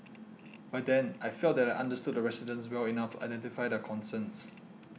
by then I felt that I understood the residents well enough to identify their concerns